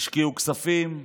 השקיעו כספים,